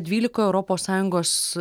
dvylikoje europos sąjungos